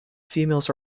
females